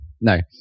no